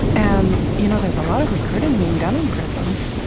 and you know there's a lot of recruiting being done in prisons.